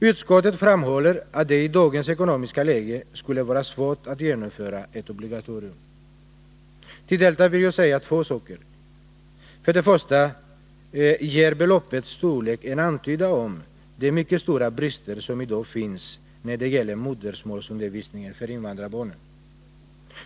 Utskottet framhåller att det i dagens ekonomiska läge skulle vara svårt att genomföra ett obligatorium. Till detta vill jag säga två saker: För det första ger beloppets storlek en antydan om de mycket stora brister som i dag finns när det gäller modersmålsundervisningen för invandrarbarn.